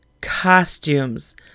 costumes